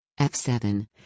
F7